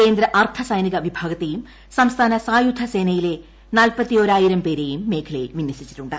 കേന്ദ്ര അർദ്ധസൈനിക വിഭാഗത്തെയും സംസ്ഥാന സായുധ സേനയിലെ നാൽപ്പത്തിയോരായിരം പേരെയും മേഖലയിൽ വിന്യസിച്ചിട്ടുണ്ട്